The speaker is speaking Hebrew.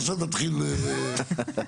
עכשיו נתחיל מההתחלה.